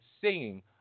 Singing